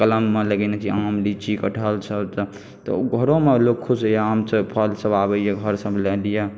कलममे लगने छी आम लीची कठहल सब तऽ घरो मे लोक खुश होइया आम सब फल सब आबइया घर सब ला लिए